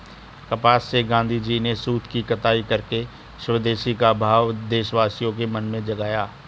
कपास से गाँधीजी ने सूत की कताई करके स्वदेशी का भाव देशवासियों के मन में जगाया